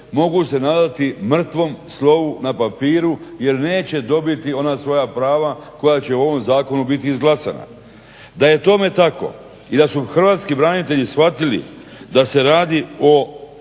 Mogu se nadati mrtvom slovu na papiru jer neće dobiti ona svoja prava koja će u ovom zakonu biti izglasana. Da je tome tako i da su hrvatski branitelji shvatili da se radi o